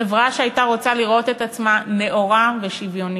חברה שהייתה רוצה לראות את עצמה נאורה ושוויונית.